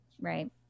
right